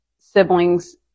siblings